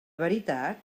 veritat